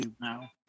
now